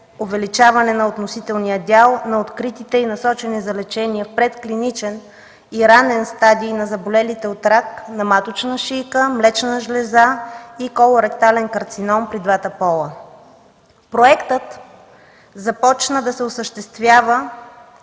увеличаване на относителния дял на откритите и насочени към лечение предклиничен и ранен стадий на заболелите от рак на маточна шийка, млечна жлеза и колоректален карцином при двата пола. Проектът започна да се осъществява